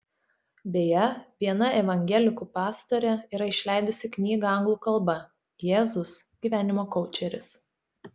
beje viena evangelikų pastorė yra išleidusi knygą anglų kalba jėzus gyvenimo koučeris